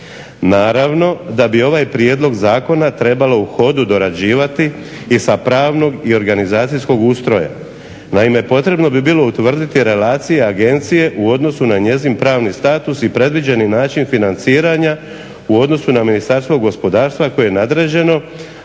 Naravno da bi ovaj prijedlog zakona trebalo u hodu dorađivati i sa pravnog i organizacijskog ustroja. Naime, potrebno bi bilo utvrditi relacije agencije u odnosu na njezin pravni status i predviđeni način financiranja u odnosu na Ministarstvo gospodarstva koje je nadređeno,